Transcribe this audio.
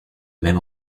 même